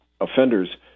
offenders